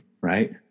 Right